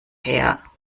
her